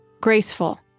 graceful